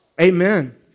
amen